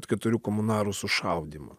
keturių komunarų sušaudymą